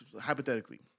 hypothetically